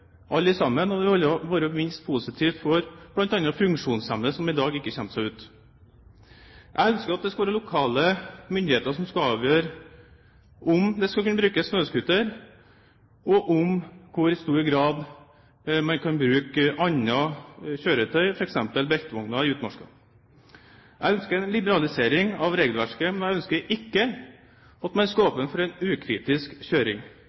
alle, ikke minst vil det være positivt for bl.a. funksjonshemmede, som i dag ikke kommer seg ut. Jeg ønsker at det skal være lokale myndigheter som avgjør om det skal kunne brukes snøscooter, og i hvor stor grad man kan bruke andre kjøretøyer, f.eks. beltevogner, i utmarka. Jeg ønsker en liberalisering av regelverket, men jeg ønsker ikke at man skal åpne for en ukritisk kjøring.